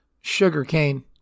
sugarcane